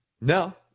No